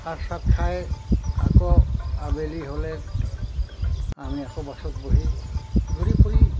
ভাত চাত খাই আকৌ আবেলি হ'লে আমি আকৌ বাছত বহি ঘূৰি ফুৰি